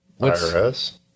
IRS